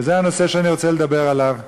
וזה הנושא שאני רוצה לדבר עליו.